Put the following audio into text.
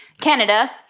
Canada